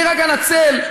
יואל, אני הולך להתנצל.